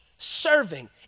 serving